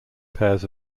pairs